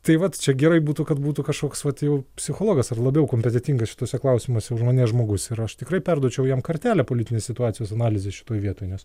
tai vat čia gerai būtų kad būtų kažkoks vat jau psichologas ar labiau kompetentingas šituose klausimuose už mane žmogus ir aš tikrai perduočiau jam kortelę politinės situacijos analizės šitoj vietoj nes